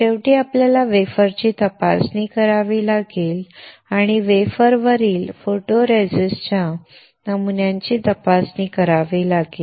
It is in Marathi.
शेवटी आपल्याला वेफरची तपासणी करावी लागेल आणि वेफरवरील फोटोरेसिस्टच्या नमुनाची तपासणी करावी लागेल